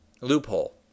loophole